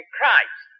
Christ